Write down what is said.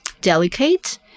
delicate